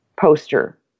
poster